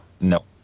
No